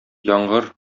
яңгыр